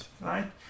right